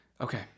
Okay